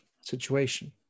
situation